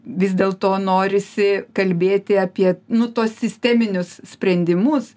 vis dėlto norisi kalbėti apie nu tuos sisteminius sprendimus